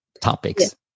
topics